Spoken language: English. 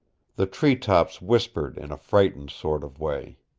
the tree-tops whispered in a frightened sort of way.